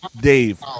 Dave